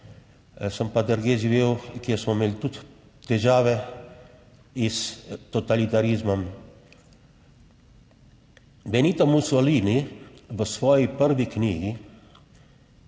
sem pa drugje živel, kjer smo imeli tudi težave s totalitarizmom. Benito Mussolini v svoji prvi knjigi,